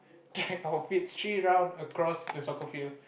drag our feets three round across the soccer field